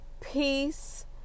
Peace